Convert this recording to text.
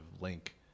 link